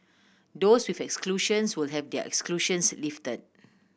those with exclusions will have their exclusions lifted